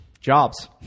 jobs